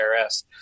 IRS